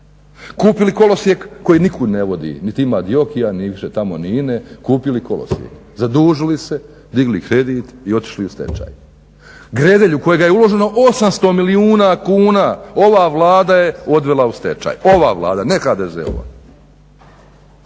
Kupili kolosijek koji nikud ne vodi, niti ima Dioki-a ni više tamo ni INA-e kupili kolosijek. Zadužili se, digli kredit i otišli u stečaj. Gredelj u kojeg je uloženo 800 milijuna kuna ova Vlada je odvela u stečaj, ova Vlade ne HDZ-ova.